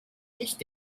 nicht